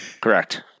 Correct